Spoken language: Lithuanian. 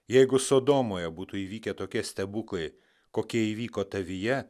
jeigu sodomoje būtų įvykę tokie stebuklai kokie įvyko tavyje